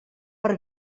per